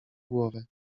głowę